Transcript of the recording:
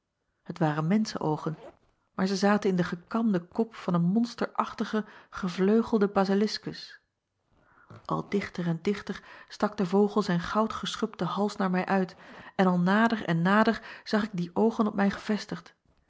et waren menschenoogen maar zij zaten in den gekamden kop van een monsterachtigen gevleugelden basiliskus l dichter en dichter stak de vogel zijn goudgeschubden hals naar mij uit en al nader en nader zag ik die oogen op mij gevestigd